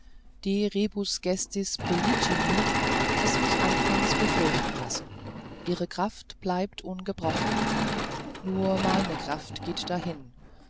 rebus gestis pollicilli es mich anfangs befürchten lassen ihre kraft bleibt ungebrochen nur meine kraft geht dahin